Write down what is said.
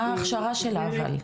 מה ההכשרה שלה אבל.